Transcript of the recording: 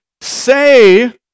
say